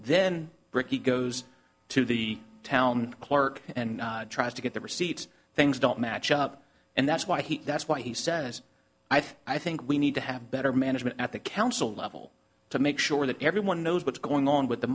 ricky goes to the town clerk and tries to get the receipts things don't match up and that's why he that's why he says i think i think we need to have better management at the council level to make sure that everyone knows what's going on with the